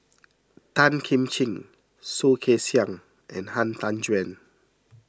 Tan Kim Ching Soh Kay Siang and Han Tan Juan